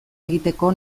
egiteko